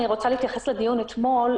אני רוצה להתייחס לדיון אתמול,